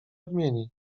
odmieni